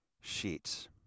sheets